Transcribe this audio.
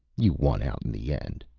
you won out in the end.